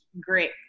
great